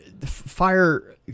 fire